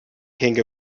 king